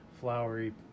flowery